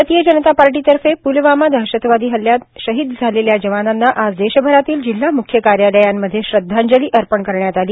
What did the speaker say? भारतीय जनता पार्टीतर्फे प्लवामा दहषतवादी हल्ल्यात शहीद झालेल्या जवानांना आज देषभरातील जिल्हा मुख्य कार्यालयांमध्ये श्रध्दांजली अर्पण करण्यात आली